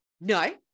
No